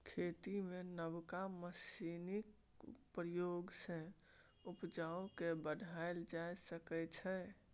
खेती मे नबका मशीनक प्रयोग सँ उपजा केँ बढ़ाएल जा सकै छै